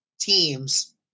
teams